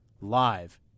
live